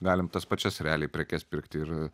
galim tas pačias realiai prekes pirkti ir